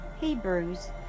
Hebrews